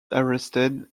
arrested